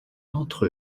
entre